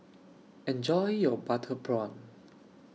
Enjoy your Butter Prawn